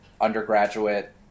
undergraduate